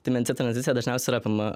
tai mencė tranzicija dažniausiai ir apima